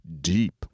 deep